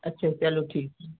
अच्छा चलो ठीक है